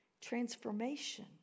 Transformation